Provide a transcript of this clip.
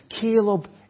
Caleb